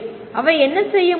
அவை என்ன செய்யும்